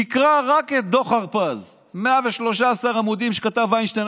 תקרא רק את דוח הרפז: 113 עמודים שכתב וינשטיין.